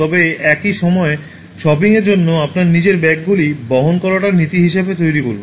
তবে একই সময়ে শপিংয়ের জন্য আপনার নিজের ব্যাগগুলি বহন করাটা নীতি হিসাবে তৈরি করুন